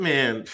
Man